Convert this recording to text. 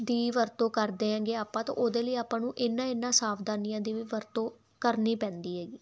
ਦੀ ਵਰਤੋਂ ਕਰਦੇ ਐਂਗੇ ਆਪਾਂ ਤਾਂ ਉਹਦੇ ਲਈ ਆਪਾਂ ਨੂੰ ਇਹਨਾਂ ਇਹਨਾਂ ਸਾਵਧਾਨੀਆਂ ਦੀ ਵੀ ਵਰਤੋਂ ਕਰਨੀ ਪੈਂਦੀ ਐਗੀ